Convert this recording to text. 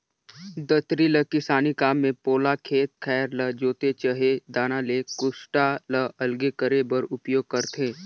दँतरी ल किसानी काम मे पोला खेत खाएर ल जोते चहे दाना ले कुसटा ल अलगे करे बर उपियोग करथे